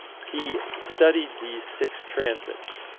he studied these six transits.